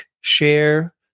share